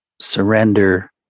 surrender